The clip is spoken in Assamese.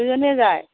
দুইজনীয়েই যায়